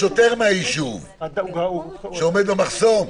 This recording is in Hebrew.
השוטר מן היישוב שעומד במחסום.